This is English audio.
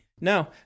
No